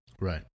Right